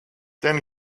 ten